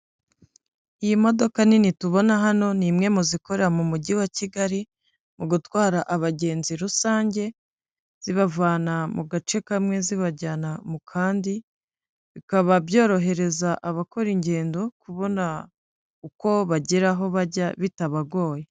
Iyi modoka nini tubona hano ni imwe mu zikorera mu mujyi wa Kigali, mu gutwara abagenzi rusange, zibavana mu gace kamwe zibajyana mu kandi, bikaba byorohereza abakora ingendo kubona uko bagera aho bajya bitabagoye.